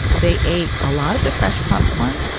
they ate a lot of the fresh popcorn.